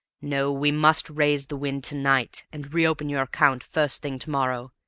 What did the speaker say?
no, we must raise the wind to-night and re-open your account first thing to-morrow.